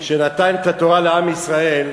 כשנתן את התורה לעם ישראל,